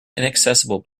inaccessible